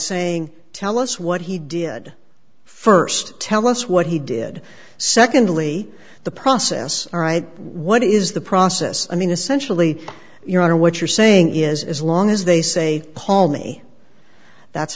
saying tell us what he did first tell us what he did secondly the process all right what is the process i mean essentially your honor what you're saying is as long as they say homey that's